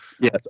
yes